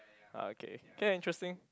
okay can interesting